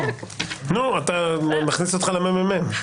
נכניס אותך לממ"מ.